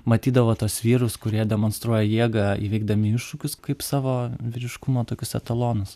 matydavo tuos vyrus kurie demonstruoja jėgą įveikdami iššūkius kaip savo vyriškumo tokius etalonus